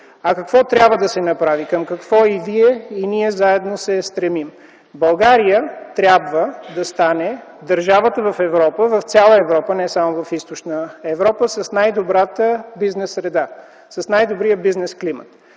Какво трябва да се направи? Към какво и Вие, и ние заедно се стремим? България трябва да стане държавата в Европа – в цяла Европа, не само в Източна Европа, с най-добрата бизнес среда, с най-добрия бизнес климат.